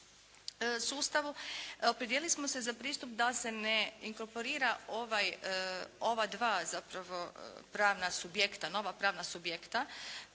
Opredijelili smo se za pristup da se ne inkorporira ovaj, ova dva zapravo pravna subjekta, nova pravna subjekta